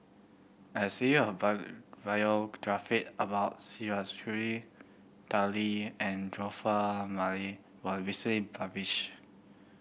a serie of biography about Sia Kah Hui Tao Li and Joseph was recently published